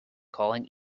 calling